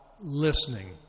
listening